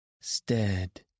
stared